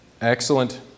Excellent